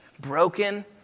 broken